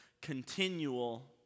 Continual